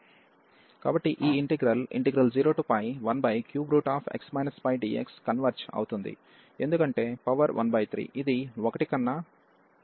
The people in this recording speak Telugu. కాబట్టి ఈ ఇంటిగ్రల్ 013x πdx కన్వెర్జ్ అవుతుంది ఎందుకంటే పవర్13 ఇది 1 కన్నా తక్కువ